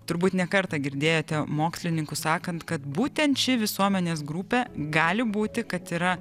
turbūt ne kartą girdėjote mokslininkus sakant kad būtent ši visuomenės grupė gali būti kad yra